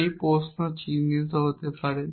এটি প্রশ্ন চিহ্ন হতে পারে